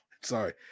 Sorry